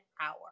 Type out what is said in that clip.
hour